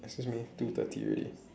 excuse me two thirty already